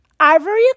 Ivory